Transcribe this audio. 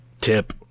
tip